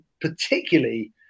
particularly